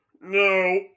No